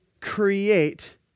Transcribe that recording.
create